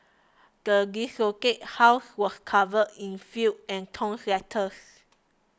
the desolated house was covered in filth and torn letters